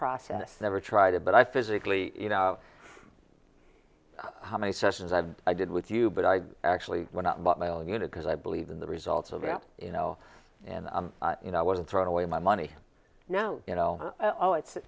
process never tried it but i physically you know how many sessions i have i did with you but i actually went out and bought my own unit because i believe in the results of it you know and you know i wasn't throwing away my money now you know it's